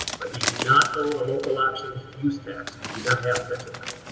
but you do not owe a local option use tax. we do not have such a thing.